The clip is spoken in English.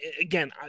Again